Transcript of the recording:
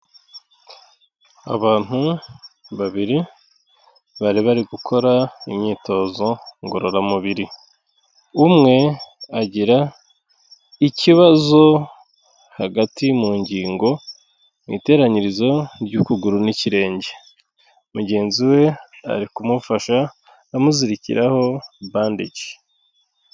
Abantu babiri bari bari gukora imyitozo ngororamubiri, umwe agira ikibazo hagati mu ngingo, mu iteranyirizo ry'ukuguru n'ikirenge, mugenzi we ari kumufasha amuzirikiraho bandeji.